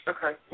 Okay